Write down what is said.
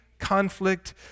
conflict